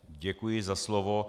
Děkuji za slovo.